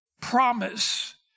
promise